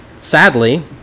sadly